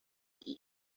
eat